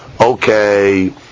okay